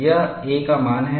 यह a का मान है